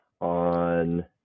On